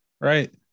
right